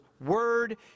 word